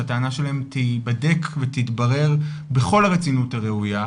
שהטענה שלהם תיבדק ותתברר בכל הרצינות הראויה.